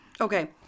Okay